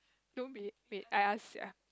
don't be wait I ask ya